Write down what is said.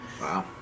Wow